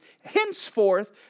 henceforth